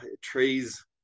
trees